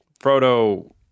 Frodo